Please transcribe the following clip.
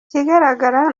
ikigaragara